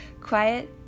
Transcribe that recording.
quiet